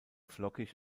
flockig